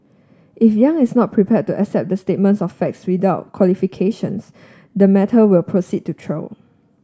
if Yang is not prepared to accept the statements of facts without qualifications the matter will proceed to trial